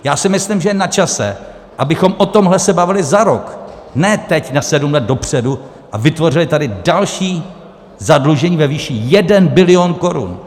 Já si myslím, že je načase, abychom se o tomhle bavili za rok, ne teď na sedm let dopředu, a vytvořili tady další zadlužení ve výši jednoho bilionu korun.